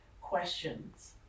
questions